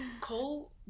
Cole